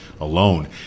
alone